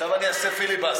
עכשיו אני אעשה פיליבסטר.